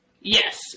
yes